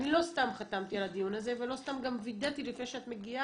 סתם חתמתי על הדיון הזה ולא סתם גם וידאתי לפני שאת מגיעה,